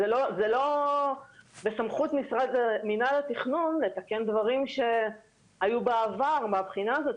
זה לא בסמכות מינהל התכנון לתקן דברים שהיו בעבר מהבחינה הזאת,